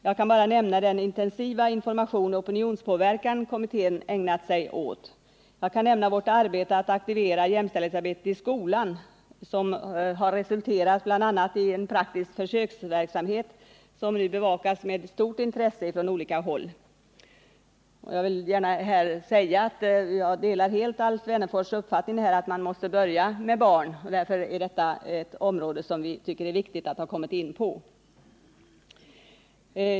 Jag kan nämna den intensiva information och opinionspåverkan kommittén ägnat sig åt. Vidare kan jag nämna vårt arbete att aktivera jämställdhetsarbetet i skolan, som har resulterat bl.a. i en praktisk försöksverksamhet som nu bevakas med stort intresse från olika håll. Jag vill gärna säga att jag helt delar Alf Wennerfors uppfattning att man måste börja med barnen, och därför är detta ett område som vi tycker att det är viktigt att ha kommit in på.